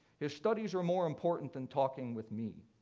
his studies are more important than talking with me.